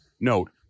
note